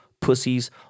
pussies